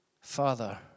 Father